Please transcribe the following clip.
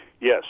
Yes